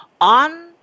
on